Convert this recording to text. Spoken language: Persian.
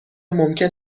ممکن